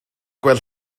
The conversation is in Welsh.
gweld